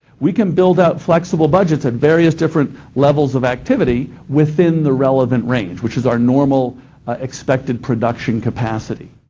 we can build up flexible budgets at various different levels of activity within the relevant range, which is our normal expected production capacity.